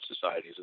societies